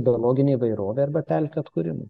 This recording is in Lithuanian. biologinei įvairovei arba pelkių atkūrimui